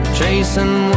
chasing